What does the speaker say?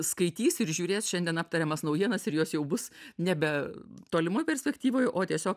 skaitys ir žiūrės šiandien aptariamas naujienas ir jos jau bus nebe tolimoj perspektyvoj o tiesiog